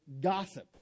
gossip